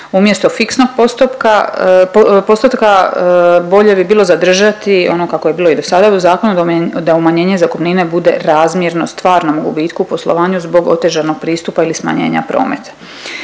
Umjesto fiksnog postupka, postotka bolje bi bilo zadržati ono kako je bilo i do sada u zakonu da umanjenje zakupnine bude razmjerno stvarnom gubitku u poslovanju zbog otežanog pristupa ili smanjenja prometa.